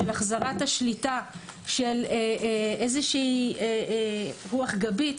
של החזרת השליטה של רוח גבית.